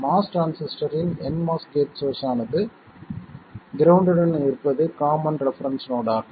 MOS டிரான்சிஸ்டரின் nMOS gate source ஆனது ground உடன் இருப்பது காமன் ரெபெரென்ஸ் நோடு ஆகும்